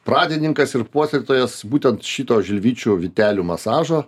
pradininkas ir puoselėtojas būtent šito žilvičių vytelių masažo